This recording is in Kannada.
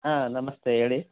ಹಾಂ ನಮಸ್ತೆ ಹೇಳಿ